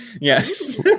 Yes